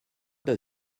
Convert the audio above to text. does